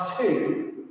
two